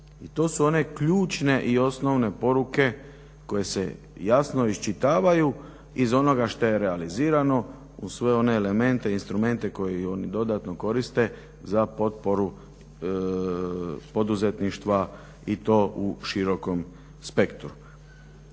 To su one ključne i osnovne poruke koje se jasno iščitavaju iz onoga što je realizirano, uz sve one elemente, instrumente koje oni dodatno koriste za potporu poduzetništva i to u širokom spektru.